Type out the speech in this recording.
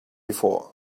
before